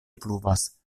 pluvas